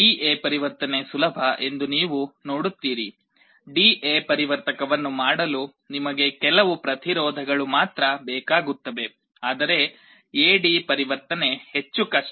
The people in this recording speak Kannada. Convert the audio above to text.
ಡಿ ಎ ಪರಿವರ್ತನೆ ಸುಲಭ ಎಂದು ನೀವು ನೋಡುತ್ತೀರಿ ಡಿ ಎ ಪರಿವರ್ತಕವನ್ನು ಮಾಡಲು ನಿಮಗೆ ಕೆಲವು ಪ್ರತಿರೋಧಗಳು ಮಾತ್ರ ಬೇಕಾಗುತ್ತವೆ ಆದರೆ ಎ ಡಿ ಪರಿವರ್ತನೆ ಹೆಚ್ಚು ಕಷ್ಟ